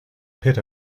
pit